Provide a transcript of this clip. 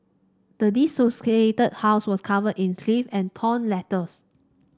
the desolated house was covered in and torn letters